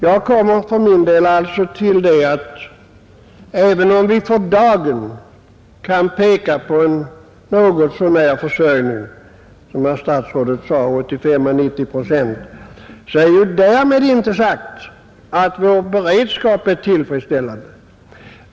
Jag kommer för min del fram till att även om vi för dagen kan peka på en något så när försörjning — statsrådet nämner i svaret 85—90 procent — är därmed inte sagt att vår beredskap är tillfredsställande.